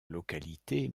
localité